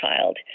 child